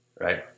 right